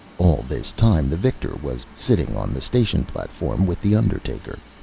all this time the victor was sitting on the station platform with the undertaker.